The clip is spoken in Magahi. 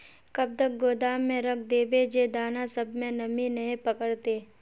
कब तक गोदाम में रख देबे जे दाना सब में नमी नय पकड़ते?